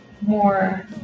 more